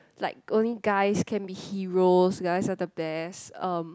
like only guys can be heroes guys are the best um